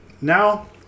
Now